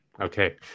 okay